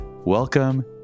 Welcome